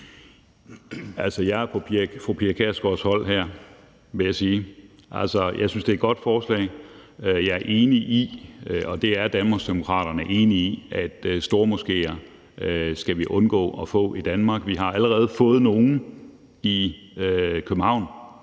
jeg er på fru Pia Kjærsgaards hold her, vil jeg sige. Jeg synes, det er et godt forslag. Jeg er enig i, Danmarksdemokraterne er enige i, at stormoskéer skal vi undgå at få i Danmark. Vi har allerede fået nogle i København